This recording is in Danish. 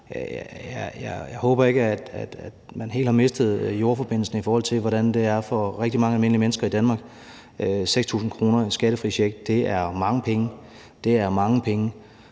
Jeg håber ikke, at man helt har mistet jordforbindelsen, i forhold til hvordan det er for rigtig mange almindelige mennesker i Danmark at få 6.000 kr., en skattefri check. Det er mange penge. Og det er